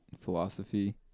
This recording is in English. philosophy